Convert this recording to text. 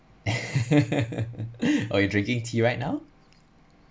oh you drinking tea right now